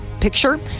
Picture